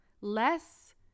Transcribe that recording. less